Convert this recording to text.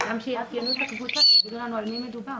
וגם שיעדכנו את הקבוצה ושיגידו לנו על מי מדובר.